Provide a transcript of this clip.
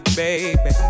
baby